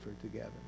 together